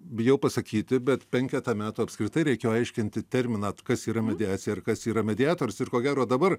bijau pasakyti bet penketą metų apskritai reikėjo aiškinti terminą kas yra mediacija ir kas yra mediatorius ir ko gero dabar